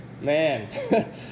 man